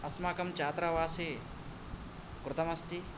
अस्माकं छात्रा वासे कृतमस्ति